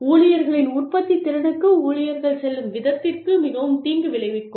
ஊழியர்களின் உற்பத்தித்திறனுக்கு ஊழியர்கள் செல்லும் விதத்திற்கு மிகவும் தீங்கு விளைவிக்கும்